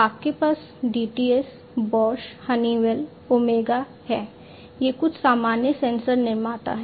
आपके पास DTS Bosch Honeywell Omega हैं ये कुछ सामान्य सेंसर निर्माता हैं